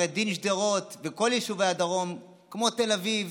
הרי דין שדרות וכל יישובי הדרום כמו תל אביב,